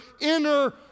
inner